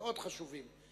מאוד חשובים.